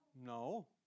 no